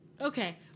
Okay